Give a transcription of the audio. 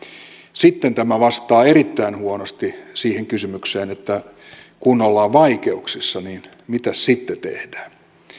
sitten tämä vastaa erittäin huonosti siihen kysymykseen että kun ollaan vaikeuksissa niin mitäs sitten tehdään